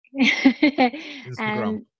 Instagram